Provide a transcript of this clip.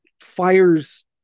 fires